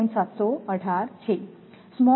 small r capital R જેટલું છે